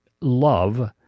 love